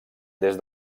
des